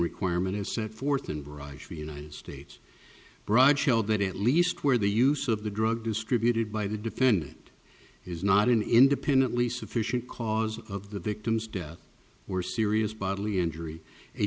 requirement as set forth in barrage of united states broad show that at least where the use of the drug distributed by the defendant is not in independently sufficient cause of the victim's death or serious bodily injury a